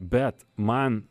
bet man